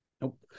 Nope